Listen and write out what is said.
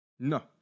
No